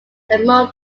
among